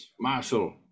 Marshall